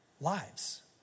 lives